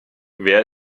wer